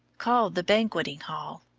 called the banqueting hall,